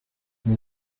این